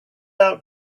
out